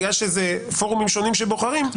בגלל שזה פורומים שונים שבוחרים,